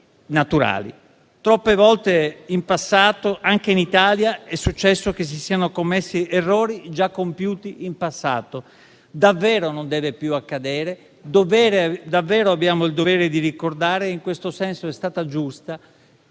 Troppe volte, anche in Italia, è successo che si siano commessi errori già compiuti in passato. Davvero non deve più accadere. Abbiamo il dovere di ricordare e in questo senso è stata giusta